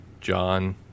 John